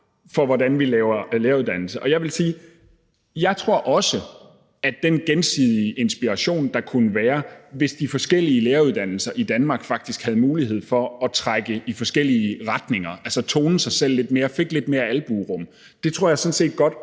for, hvordan vi laver læreruddannelse. Og jeg vil sige, at jeg også tror, at den gensidige inspiration, der kunne være, hvis de forskellige læreruddannelser i Danmark faktisk havde mulighed for at trække i forskellige retninger – altså kunne tone sig selv lidt mere, fik lidt mere albuerum – kunne vi også